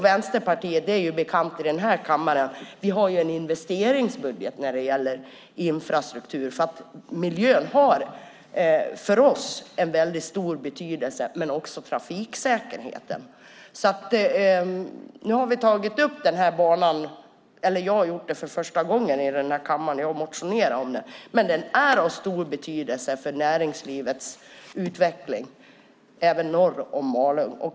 Det är bekant i den här kammaren att Vänsterpartiet har en investeringsbudget när det gäller infrastruktur eftersom miljön och trafiksäkerheten har en stor betydelse för oss. Nu har jag tagit upp frågan om denna bana för första gången i den här kammaren, och jag har motionerat om den. Men den är av stor betydelse för näringslivets utveckling, även norr om Malung.